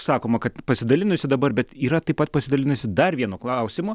sakoma kad pasidalinusi dabar bet yra taip pat pasidalinusi dar vienu klausimu